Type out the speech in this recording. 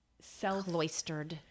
self-loistered